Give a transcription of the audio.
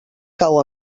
cau